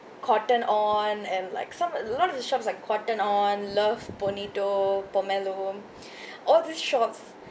Cotton On and like some a lot of the shops like Cotton On Love Bonito Pomelo all these shops